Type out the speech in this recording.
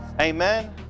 Amen